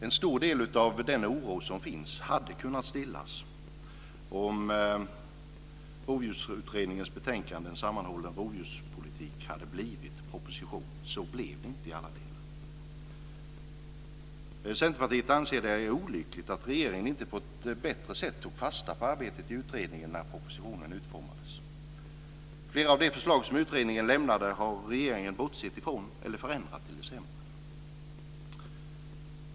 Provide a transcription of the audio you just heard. En stor del av den oro som finns hade kunnat stillas om Rovdjursutredningens betänkande En sammanhållen rovdjurspolitik hade legat till grund för propositionen, men så blev det inte i alla delar. Centerpartiet anser att det är olyckligt att regeringen inte på ett bättre sätt tog fasta på utredningens arbete när propositionen utformades. Flera av de förslag som utredningen lämnade har regeringen bortsett ifrån eller förändrat till det sämre.